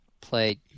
play